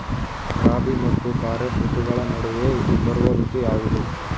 ರಾಬಿ ಮತ್ತು ಖಾರೇಫ್ ಋತುಗಳ ನಡುವೆ ಬರುವ ಋತು ಯಾವುದು?